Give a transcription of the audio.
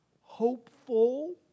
Hopeful